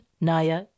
Naya